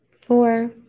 four